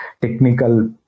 technical